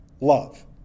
love